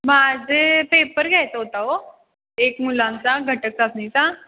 माझे पेपर घ्यायचा होता ओ एक मुलांचा घटक चाचणीचा